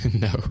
No